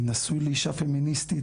אני נשוי לאישה פמיניסטית,